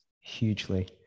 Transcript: Hugely